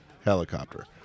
Helicopter